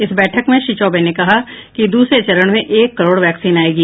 इस बैठक में श्री चौबे ने कहा कि दूसरे चरण में एक करोड़ वैक्सीन आयेगी